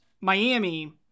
Miami